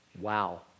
Wow